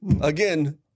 Again